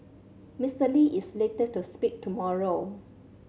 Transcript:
Mister Lee is slated to speak tomorrow